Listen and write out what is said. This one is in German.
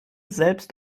selbst